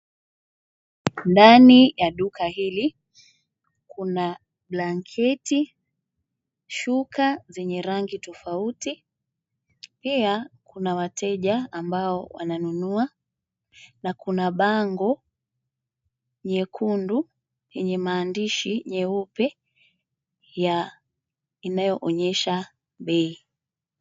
Ndani ya duka hili kuna blanketi, shuka zenye rangi tofauti. Pia, kuna wateja ambao wananunua, na kuna bango, nyekundu, yenye maandishi nyeupe ya inayoonyesha bei.